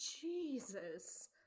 Jesus